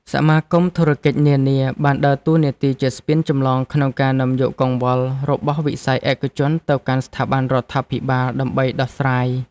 សមាគមធុរកិច្ចនានាបានដើរតួនាទីជាស្ពានចម្លងក្នុងការនាំយកកង្វល់របស់វិស័យឯកជនទៅកាន់ស្ថាប័នរដ្ឋាភិបាលដើម្បីដោះស្រាយ។